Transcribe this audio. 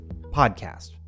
podcast